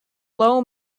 low